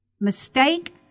mistake